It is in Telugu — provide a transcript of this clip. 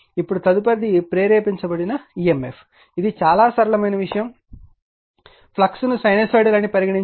ఇప్పుడు తదుపరిది ప్రేరేపించబడిన EMF ఇది చాలా సరళమైన విషయం ఫ్లక్స్ ను సైనూసోయిడల్ అని పరిగణించండి